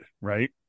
right